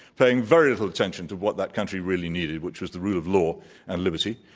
paying very little attention to what that country really needed, which was the rule of law and liberty.